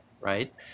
right